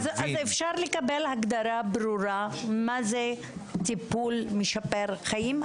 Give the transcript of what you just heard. אז אפשר לקבל הגדרה ברורה למה זה טיפול משפר חיים?